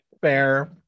Fair